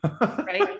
right